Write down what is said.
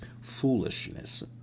foolishness